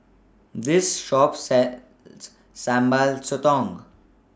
This Shop sells Sambal Sotong